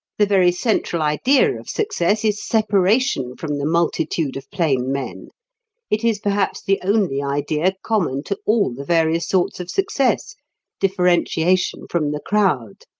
the very central idea of success is separation from the multitude of plain men it is perhaps the only idea common to all the various sorts of success differentiation from the crowd.